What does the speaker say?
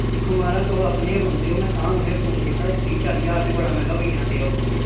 दिक्खो माराज तुस अपने के बंदे ओ में तां तुहेंगी फोन कीता त्रीह् चाली ज्हार ते बड़ा मैहंगा पेई जाना टेबल अहें